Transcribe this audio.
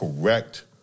correct